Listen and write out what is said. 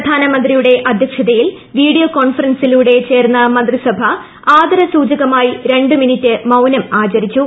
പ്രധാനമന്ത്രിയുടെ അധ്യക്ഷതയിൽ വീഡിയോ കോൺഫറൻസിലൂടെ ചേർന്ന മന്ത്രിസഭ ആദരസൂചക മായി രണ്ട് മിനിട്ട് മൌനം ആചരിച്ചു